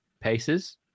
paces